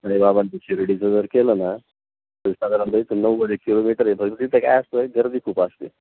आणि बाबां ते शिर्डीचं जर केलं ना ते साधारणतः येतं नव्वद एक किलोमीटर येतं तिथं काय असतो आहे गर्दी खूप असते